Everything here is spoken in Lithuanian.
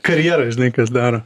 karjeroj žinai kas daro